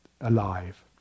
alive